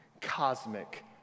cosmic